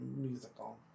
musical